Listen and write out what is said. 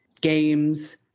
games